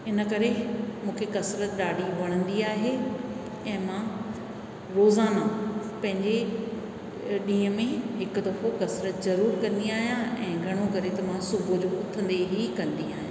इन करे मूंखे कसरत ॾाढी वणंदी आहे ऐं मां रोज़ाना पंहिंजे ॾींहं में हिकु दफो कसरत ज़रूरु कंदी आहियां ऐं घणो करे त मां सुबुह जो उथंदे ई कंदी आहियां